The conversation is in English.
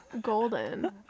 Golden